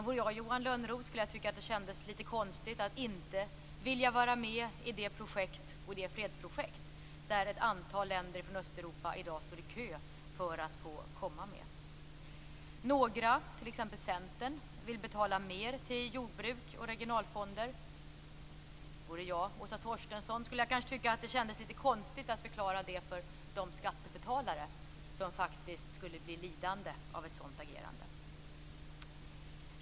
Vore jag Johan Lönnroth skulle jag tycka att det kändes lite konstigt att inte vilja vara med i det projekt - det fredsprojekt - där ett antal länder från Östeuropa i dag står i kö för att få komma med. Några, t.ex. Centern, vill betala mer till jordbruk och regionalfonder. Vore jag Åsa Torstensson skulle jag kanske tycka att det kändes lite konstigt att förklara det för de skattebetalare som faktiskt skulle bli lidande av ett sådant agerande.